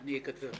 אני אקצר.